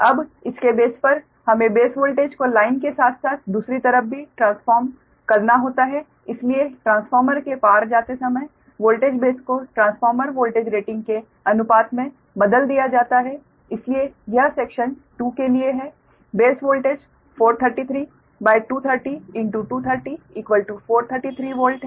अब इसके बेस पर हमें बेस वोल्टेज को लाइन के साथ साथ दूसरी तरफ भी ट्रांसफॉर्म करना होता है इसलिए ट्रांसफार्मर के पार जाते समय वोल्टेज बेस को ट्रांसफॉर्मर वोल्टेज रेटिंग के अनुपात में बदल दिया जाता है इसलिए यह सेक्शन 2 के लिए है बेस वोल्टेज 433230230 433 वोल्ट है